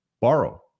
borrow